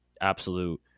absolute